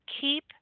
keep